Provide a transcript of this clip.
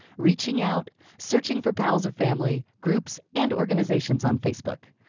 reaching out, searching for pals or family, groups and organizations on facebook,